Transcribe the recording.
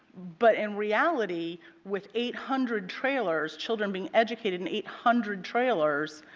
but in reality with eight hundred trailers, children being educated in eight hundred trailers,